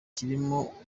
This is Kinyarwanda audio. kirimo